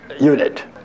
unit